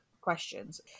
questions